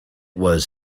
was